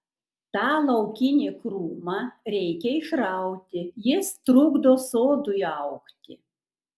tą laukinį krūmą reikia išrauti jis trukdo sodui augti